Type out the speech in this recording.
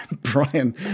Brian